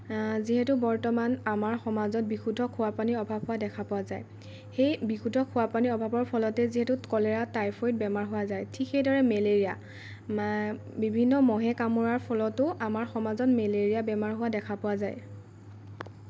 যিহেতু বৰ্তমান আমাৰ সমাজত বিশুদ্ধ খোৱাপানীৰ অভাৱ হোৱা দেখা পোৱা যায় সেই বিশুদ্ধ খোৱা পানীৰ অভাৱৰ ফলতেই যিহেতু কলেৰা টাইফইড বেমাৰ হোৱা যায় ঠিক সেইদৰে মেলেৰিয়া বিভিন্ন মহে কামোৰাৰ ফলতো আমাৰ সমাজত মেলেৰিয়া বেমাৰ হোৱা দেখা পোৱা যায়